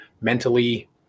mentally